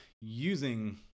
using